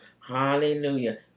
Hallelujah